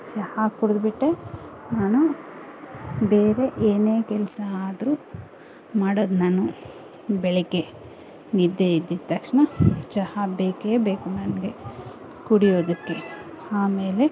ಚಹಾ ಕುಡಿದ್ಬಿಟ್ಟೆ ನಾನು ಬೇರೆ ಏನೇ ಕೆಲಸ ಆದರೂ ಮಾಡೋದು ನಾನು ಬೆಳಗ್ಗೆ ನಿದ್ದೆ ಎದ್ದಿದ್ದ ತಕ್ಷಣ ಚಹಾ ಬೇಕೇ ಬೇಕು ನನಗೆ ಕುಡಿಯೋದಕ್ಕೆ ಆಮೇಲೆ